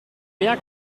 mehr